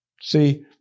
See